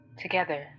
Together